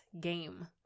game